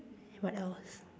what else